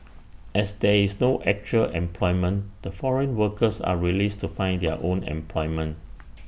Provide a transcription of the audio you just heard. as there is no actual employment the foreign workers are released to find their own employment